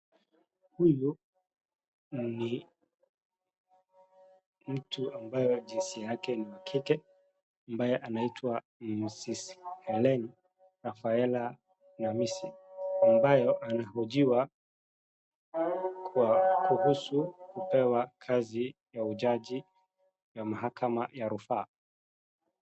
Huyu ni mtu ambaye jinsia yake ni wa kike ambaye anaitwa Ms. Hellene Rafaela Namisi, ambayo anahojiwa kwa kuhusu kupewa kazi ya ujaji ya mahakama ya rufaa.